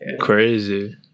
Crazy